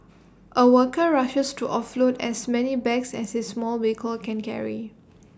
A worker rushes to offload as many bags as his small vehicle can carry